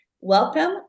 Welcome